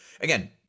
again